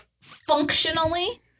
functionally